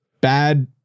bad